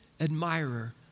admirer